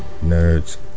nerds